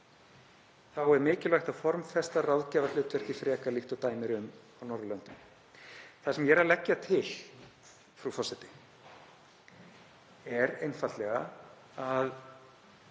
Þá er mikilvægt að formfesta ráðgjafarhlutverkið frekar líkt og dæmi eru um á Norðurlöndunum.“ Það sem ég er að leggja til, frú forseti, er einfaldlega að